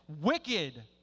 wicked